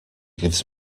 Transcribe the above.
gives